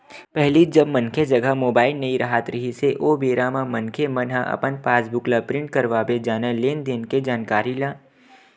पहिली जब मनखे जघा मुबाइल नइ राहत रिहिस हे ओ बेरा म मनखे मन ह अपन पास बुक ल प्रिंट करवाबे जानय लेन देन के जानकारी ला